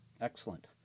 Excellent